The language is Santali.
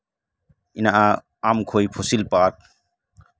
ᱢᱮᱱᱟᱜᱼᱟ ᱟᱢᱠᱷᱳᱭ ᱯᱷᱩᱥᱤᱞ ᱯᱟᱨᱠ